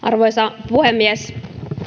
arvoisa puhemies